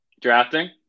drafting